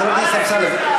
חבר הכנסת אמסלם,